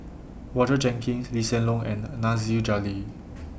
Roger Jenkins Lee Hsien Loong and Nasir Jalil